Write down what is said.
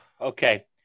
okay